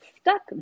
stuck